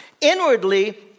inwardly